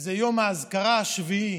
זה יום האזכרה השביעי